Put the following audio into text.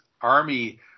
Army